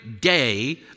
day